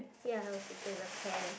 ya her picture is a pear